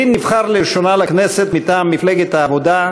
לין נבחר לראשונה לכנסת מטעם מפלגת העבודה,